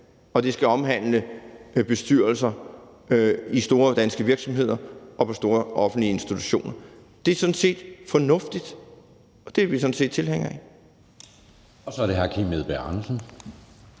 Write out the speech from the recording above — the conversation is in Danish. Det skal omhandle bestyrelser i store danske virksomheder og i store offentlige institutioner. Det er sådan set fornuftigt, og det er vi sådan set tilhængere af. Kl. 17:45 Anden